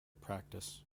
practice